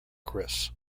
chris